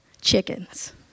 chickens